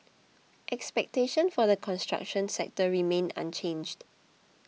expectation for the construction sector remain unchanged